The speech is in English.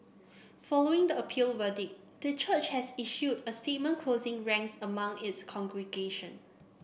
following the appeal verdict the church has issued a statement closing ranks among its congregation